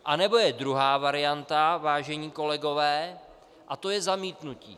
Anebo je druhá varianta, vážení kolegové, a to je zamítnutí.